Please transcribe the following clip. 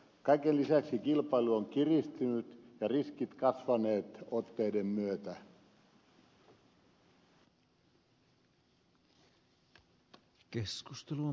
kaiken lisäksi kilpailu on kiristynyt ja riskit kasvaneet otteiden myötä